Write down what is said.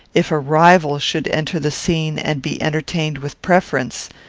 if a rival should enter the scene and be entertained with preference!